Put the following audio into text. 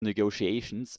negotiations